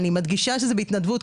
אני מדגישה שזה בהתנדבות,